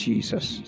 Jesus